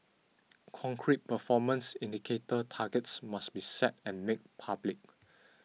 concrete performance indicator targets must be set and made public